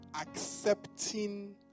accepting